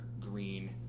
green